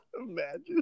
Imagine